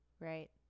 right